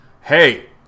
hey